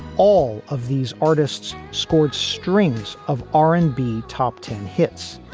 all of these artists scored strings of r and b top ten hits.